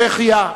צ'כיה.